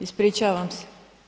Ispričavam se.